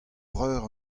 vreur